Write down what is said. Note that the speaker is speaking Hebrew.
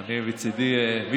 השעון, תם,